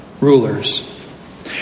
rulers